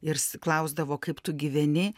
ir klausdavo kaip tu gyveni